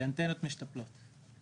באנטנות משתפלות לא.